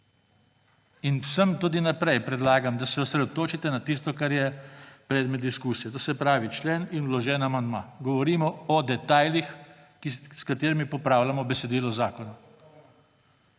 Vsem tudi vnaprej predlagam, da se osredotočite na tisto, kar je predmet diskusije, to se pravi člen in vložen amandma. Govorimo o detajlih, s katerimi popravljamo besedilo zakona.